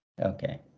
Okay